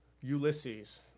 Ulysses